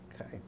Okay